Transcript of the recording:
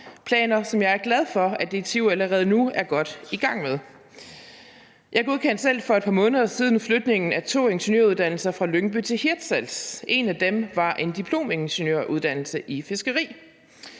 planer, som jeg er glad for at DTU allerede nu er godt i gang med. Jeg godkendte selv for et par måneder siden flytningen af to ingeniøruddannelser fra Lyngby til Hirtshals, og en af dem var en diplomingeniøruddannelse i fiskeri.